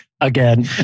Again